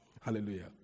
Hallelujah